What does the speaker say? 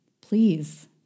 please